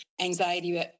anxiety